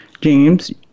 James